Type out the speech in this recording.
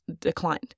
declined